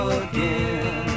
again